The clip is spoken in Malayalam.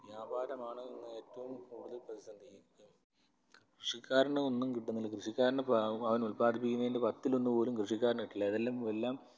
വ്യാപാരമാണ് എന്ന് ഏറ്റവും കൂടുതൽ പ്രതിസന്ധി കൃഷിക്കാരന് ഒന്നും കിട്ടുന്നില്ല കൃഷിക്കാരന് അവൻ ഉല്പാദിപ്പിക്കുന്നതിൻ്റെ പത്തിലൊന്ന് പോലും കൃഷിക്കാരന് കിട്ടില്ല അതെല്ലാം എല്ലാം